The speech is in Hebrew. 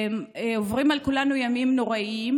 עוברים על כולנו ימים נוראיים.